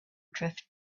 drift